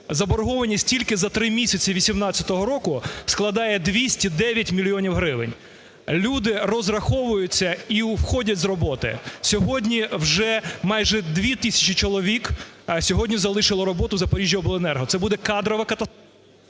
Заборгованість тільки за три місяці 2018 року складає 209 мільйонів гривень. Люди розраховуються і уходять з роботи, сьогодні вже майже 2 тисячі чоловік сьогодні залишило роботу в "Запоріжжяобленерго" – це буде кадрова катастрофа…